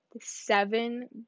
seven